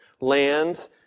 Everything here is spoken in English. land